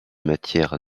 matières